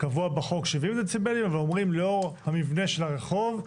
קבוע בחוק 70 דציבלים ואומרים לאור המבנה של הרחוב,